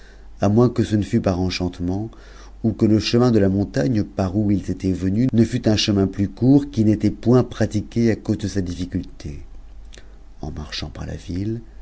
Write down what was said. à moins que ce ne fût par enchantement ou que le chemin de la montagne par où ils étaient venus ne fût un chemin plus court qui n'était point pratiqué à cause de sa difficulté en marchant par la ville